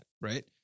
right